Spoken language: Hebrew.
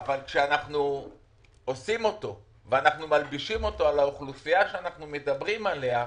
אבל כשמלבישים אותו על האוכלוסייה שאנחנו מדברים עליה,